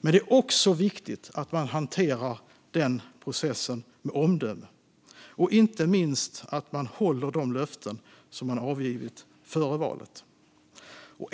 Det är också viktigt att man hanterar processen med omdöme och inte minst att man håller de löften som man avgav före valet.